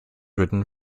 written